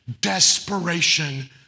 desperation